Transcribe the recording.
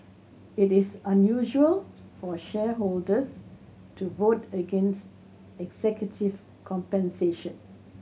it is unusual for shareholders to vote against executive compensation